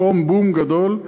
פתאום בום גדול.